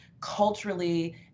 culturally